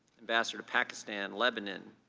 and sort of pakistan, lebanon,